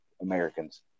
Americans